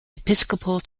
episcopal